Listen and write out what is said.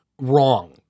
wrong